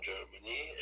Germany